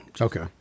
Okay